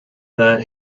that